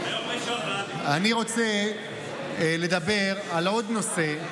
אני רוצה לדבר על עוד נושא.